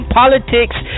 politics